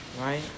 right